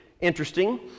interesting